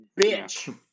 bitch